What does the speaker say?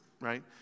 right